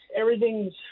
Everything's